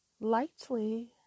Lightly